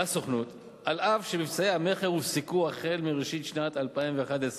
אף שמבצעי המכר הופסקו בראשית שנת 2011,